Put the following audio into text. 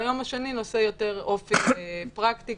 והיום השני נושא יותר אופי פרקטי,